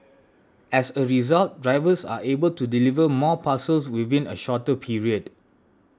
as a result drivers are able to deliver more parcels within a shorter period